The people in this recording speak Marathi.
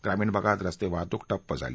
ग्रामीण भागात रस्ते वाहतूक ठप्प झाली